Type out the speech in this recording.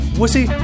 wussy